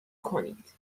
کنید